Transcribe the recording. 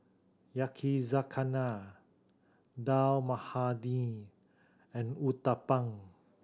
Yakizakana Dal Makhani and Uthapam